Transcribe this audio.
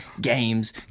Games